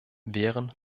wären